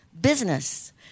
business